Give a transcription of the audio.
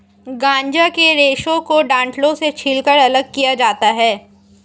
गांजा के रेशे को डंठलों से छीलकर अलग किया जाता है